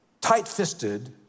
tight-fisted